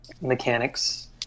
mechanics